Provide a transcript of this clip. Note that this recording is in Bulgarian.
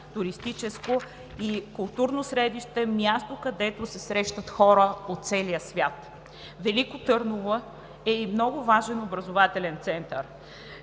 туристическо и културно средище, място, където се срещат хора от целия свят. Велико Търново е и много важен образователен център.